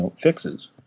fixes